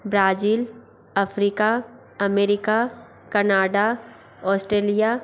Brazil Africa America Canada Australia